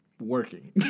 Working